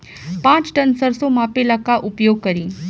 पाँच टन सरसो मापे ला का उपयोग करी?